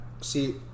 See